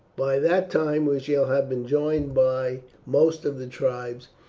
by that time we shall have been joined by most of the tribes,